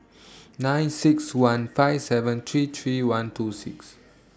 nine six one five seven three three one two six